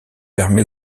permet